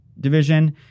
division